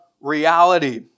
reality